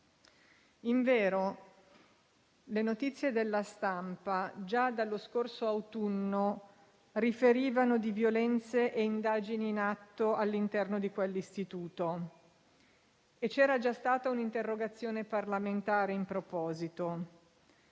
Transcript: Invero le notizie della stampa già dallo scorso autunno riferivano di violenze e indagini in atto all'interno di quell'istituto. C'era già stata un'interrogazione parlamentare in proposito.